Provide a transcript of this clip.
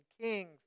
kings